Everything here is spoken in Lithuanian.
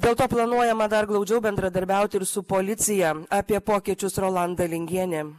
dėl to planuojama dar glaudžiau bendradarbiauti ir su policija apie pokyčius rolanda lingienė